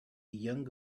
young